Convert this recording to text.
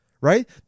Right